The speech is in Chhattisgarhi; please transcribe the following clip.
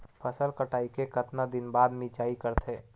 फसल कटाई के कतका दिन बाद मिजाई करथे?